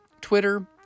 Twitter